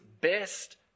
best